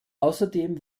außerdem